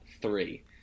three